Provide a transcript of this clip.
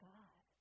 God